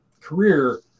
career